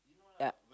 ya